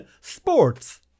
Sports